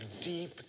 deep